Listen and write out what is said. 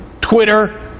Twitter